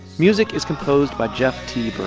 music is composed by jeff t. byrd.